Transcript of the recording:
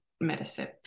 medicine